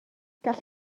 gall